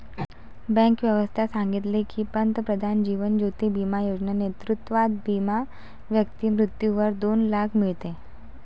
bank व्यवस्था सांगितले की, पंतप्रधान जीवन ज्योती बिमा योजना नेतृत्वात विमा व्यक्ती मृत्यूवर दोन लाख मीडते